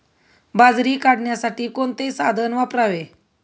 बाजरी काढण्यासाठी कोणते साधन वापरावे?